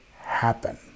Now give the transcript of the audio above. happen